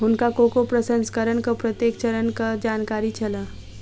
हुनका कोको प्रसंस्करणक प्रत्येक चरणक जानकारी छल